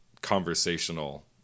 conversational